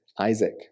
Isaac